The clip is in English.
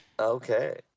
Okay